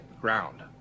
ground